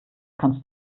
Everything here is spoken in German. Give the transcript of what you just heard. kannst